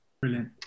brilliant